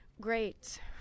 great